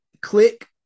click